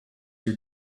your